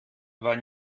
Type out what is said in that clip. war